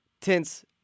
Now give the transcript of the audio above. Tense